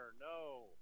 No